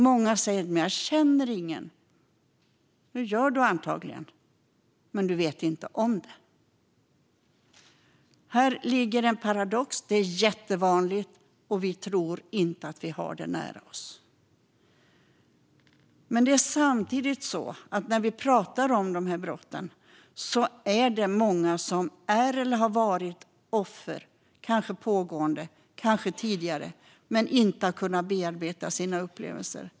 Många säger att de inte känner någon som har utsatts. Men antagligen gör du det, men du vet inte om det. Här finns paradoxen; våldet är vanligt, men vi tror inte att det finns nära oss. Men när vi pratar om brotten framgår det att många är eller har varit offer, kanske pågående, kanske tidigare, men de har inte kunnat bearbeta sina upplevelser.